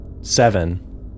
seven